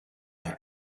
their